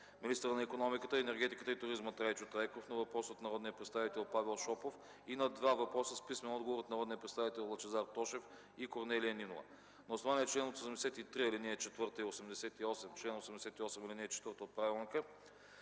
министърът на икономиката, енергетиката и туризма Трайчо Трайков на въпрос от народния представител Павел Шопов и на два въпроса с писмен отговор от народните представители Лъчезар Тошев и Корнелия Нинова. На основание чл. 83, ал. 4 и чл. 88, ал. 4 от правилника